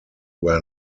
were